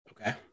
Okay